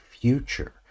future